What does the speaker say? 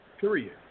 Period